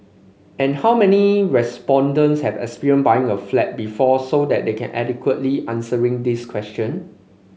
and how many respondents have experience buying a flat before so that they can adequately answering this question